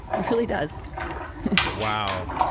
it really does wow,